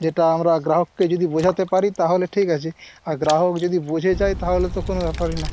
যেটা আমরা গ্রাহককে যদি বোঝাতে পারি তাহলে ঠিক আছে আর গ্রাহক যদি বুঝে যায় তাহলে তো কোনো ব্যাপারই না